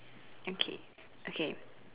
okay okay